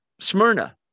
Smyrna